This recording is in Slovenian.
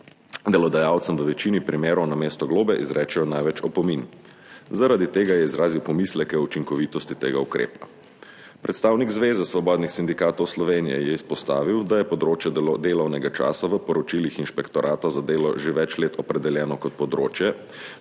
delodajalcem v večini primerov namesto globe izrečejo največ opomin. Zaradi tega je izrazil pomisleke o učinkovitosti tega ukrepa. Predstavnik Zveze svobodnih sindikatov Slovenije je izpostavil, da je področje delovnega časa v poročilih Inšpektorata za delo že več let opredeljeno kot področje,